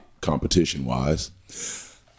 competition-wise